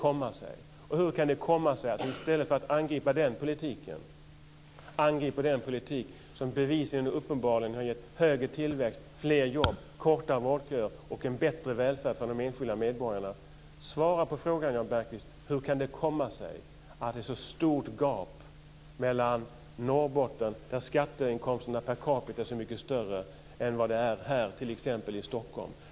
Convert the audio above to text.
Och hur kan det komma sig att ni i stället för att angripa den politiken angriper den politik som bevisligen har gett högre tillväxt, fler jobb, kortare vårdköer och en bättre välfärd för de enskilda medborgarna? Jan Bergqvist, svara på frågan hur det kan komma sig att det är ett så stort gap mellan Norrbotten, där skatteinkomsterna per capita är så mycket större än t.ex. här i Stockholm.